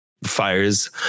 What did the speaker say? fires